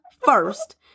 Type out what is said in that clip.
first